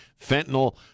Fentanyl